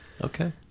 Okay